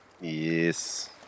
Yes